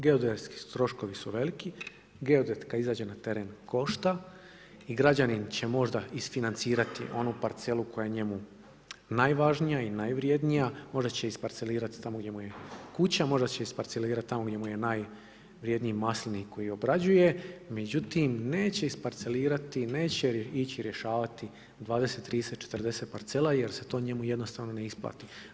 Geodetski troškovi su veliki, geodet kada izađe na teren košta i građanin će možda isfinancirati onu parcelu koja je njemu najvažnija i najvrjednija, možda će isparcelirati tamo gdje mu je kuća, možda će isparcelirat tamo gdje mu je najvrjedniji maslinik koji obrađuje, međutim, neće isparcelirati, neće ići rješavati 20, 30, 40 parcela jer se to njemu jednostavno ne isplati.